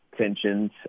tensions